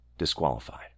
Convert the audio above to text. disqualified